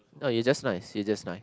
no you just nice you just nice